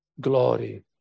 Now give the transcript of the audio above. glory